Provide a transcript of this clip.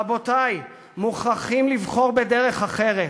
רבותי, מוכרחים לבחור בדרך אחרת,